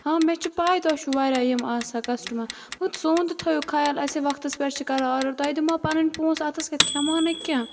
ہاں مےٚ چھِ پاے تۄہہِ چھِو واریاہ یِم آسان کسٹمر مگر سون تہِ تھٲیِو خَیال أسے وَقتَس پٮ۪ٹھ چھِ کران آرڈَر تۄہہِ دِمہو پَنٕنۍ پونٛسہٕ اَتھَس کیتھ کھِیمہو نہٕ کینٛہہ